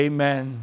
Amen